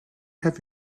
have